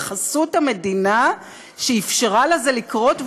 בחסות המדינה שאפשרה לזה לקרות,